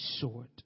short